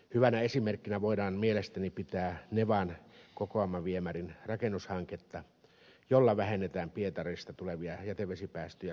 hyvänä esimerkkinä voidaan mielestäni pitää nevan kokoomaviemärin rakennushanketta jolla vähennetään pietarista tulevia jätevesipäästöjä suomenlahteen